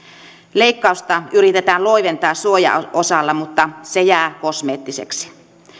leikkausta yritetään loiventaa suojaosalla mutta se jää kosmeettiseksi